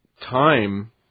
time